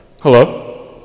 Hello